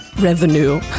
revenue